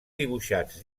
dibuixats